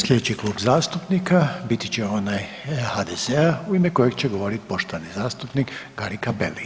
Sljedeći klub zastupnika biti će onaj HDZ-a u ime kojeg će govoriti poštovani zastupnik Gari Cappelli.